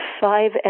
five